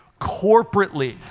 corporately